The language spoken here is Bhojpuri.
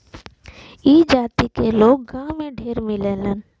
ई जाति क लोग गांव में ढेर मिलेलन